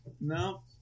No